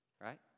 right